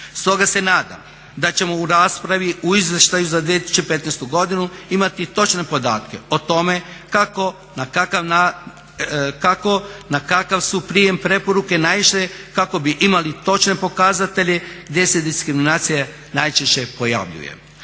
Stoga se nadam da ćemo u raspravi u Izveštaju za 2015. godinu imati točne podatke o tome kako, na kakav su prijem preporuke naišle kako bi imali točne pokazatelje gdje se diskriminacija najčešće pojavljuje.